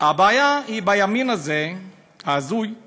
והבעיה בימים האלה, ההזוי הוא